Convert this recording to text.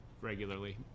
regularly